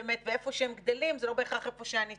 ואיפה שהם גדלים זה לא בהכרח איפה שאני צריך.